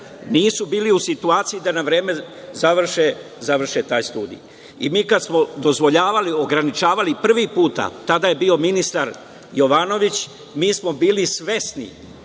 nisu bili u situaciji da na vreme završe te studije. Mi kada smo dozvoljavali, ograničavali prvi put, tada je bio ministar Jovanović, mi smo bili svesni